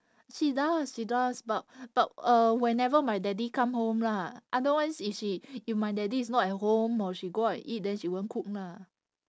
she does she does but but uh whenever my daddy come home lah otherwise if she if my daddy is not at home or she go out and eat then she won't cook lah